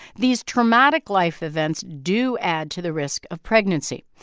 these traumatic life events do add to the risk of pregnancy.